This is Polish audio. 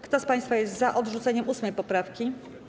Kto z państwa jest za odrzuceniem 8. poprawki?